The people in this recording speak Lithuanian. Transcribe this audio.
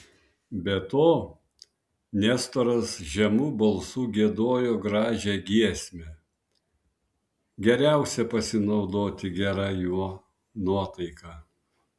be to nestoras žemu balsu giedojo gražią giesmę geriausia pasinaudoti gera jo nuotaika